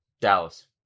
Dallas